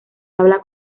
habla